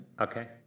Okay